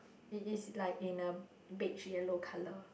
it is like in a beige yellow colour